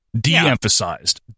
de-emphasized